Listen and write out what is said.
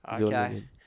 Okay